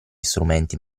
strumenti